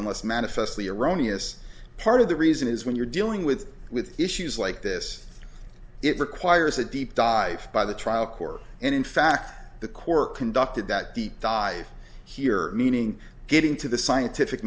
unless manifestly erroneous part of the reason is when you're dealing with with issues like this it requires a deep dive by the trial court and in fact the court conducted that deep dive here meaning getting to the scientific